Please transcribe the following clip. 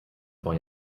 vor